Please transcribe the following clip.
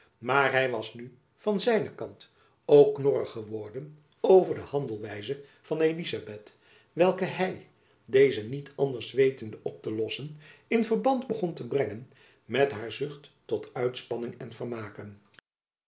maar hy was nu van zijnen kant ook knorrig geworden over de handelwijze van elizabeth welke hy deze niet anders wetende op te lossen in verband begon te brengen met haar zucht tot uitspanning en vermaken